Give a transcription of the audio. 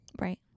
right